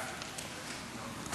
עודה,